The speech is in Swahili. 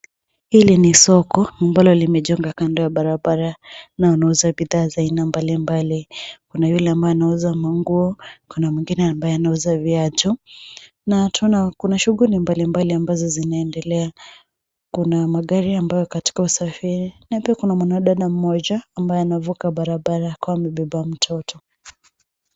Hili ni soko ambalo limejengwa kando ya barabara na wanauza bidhaa za aina mbalimbali, kuna yule ambaye anauza manguo , kuna mwingine ambaye anauza viatu na tunaona kuna shughuli mbalimbali ambazo zinaendelea. Kuna magari ambayo yako katika usafiri na pia kuna mwanadada mmoja ambaye anavuka barabara akikuwa amebeba mtoto.